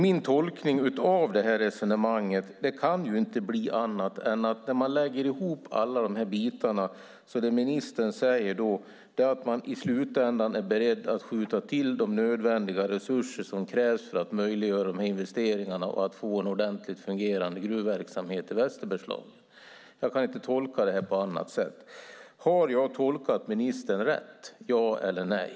Min tolkning av ministerns resonemang kan inte bli annat än att hon i slutändan är beredd att skjuta till de resurser som krävs för att möjliggöra investeringarna och få en ordentligt fungerande gruvverksamhet i Västerbergslagen. Jag kan inte tolka det på annat sätt. Har jag tolkat ministern rätt - ja eller nej?